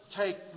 take